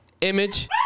image